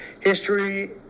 history